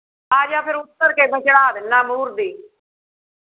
ਆ ਜਾ ਫਿਰ ਉਤਰ ਕੇ ਮੈਂ ਚੜ੍ਹਾ ਦਿੰਦਾ ਮੂਹਰ ਦੀ